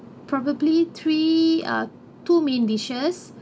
probably three uh two main dishes